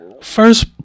first